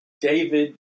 David